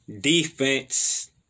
Defense